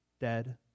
Dead